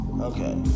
okay